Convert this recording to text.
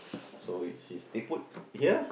so it's he stay put here